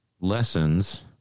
lessons